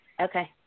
Okay